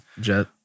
Jet